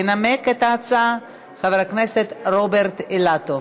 ינמק את ההצעה חבר הכנסת רוברט אילטוב.